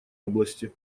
области